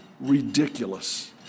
ridiculous